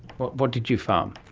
but what did you farm?